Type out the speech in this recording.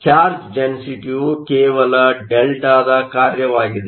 ಆದ್ದರಿಂದ ಚಾರ್ಜ್ ಡೆನ್ಸಿಟಿಯು ಕೇವಲ ಡೆಲ್ಟಾದ ಕಾರ್ಯವಾಗಿದೆ